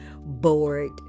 bored